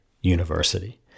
University